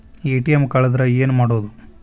ATM ಕಳದ್ರ ಏನು ಮಾಡೋದು?